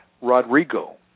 Rodrigo